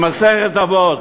במסכת אבות: